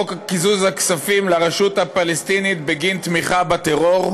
חוק קיזוז הכספים לרשות הפלסטינית בגין תמיכה בטרור,